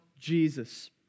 Jesus